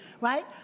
right